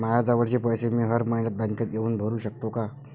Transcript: मायाजवळचे पैसे मी हर मइन्यात बँकेत येऊन भरू सकतो का?